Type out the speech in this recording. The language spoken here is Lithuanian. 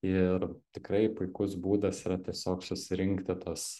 ir tikrai puikus būdas yra tiesiog susirinkti tuos